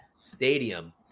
stadium